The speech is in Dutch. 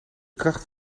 kracht